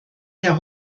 der